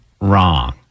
wrong